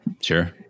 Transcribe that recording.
Sure